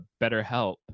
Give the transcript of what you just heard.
BetterHelp